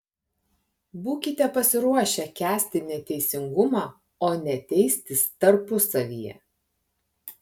būkite pasiruošę kęsti neteisingumą o ne teistis tarpusavyje